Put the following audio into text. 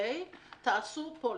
שעליהם לעשות פוליסה.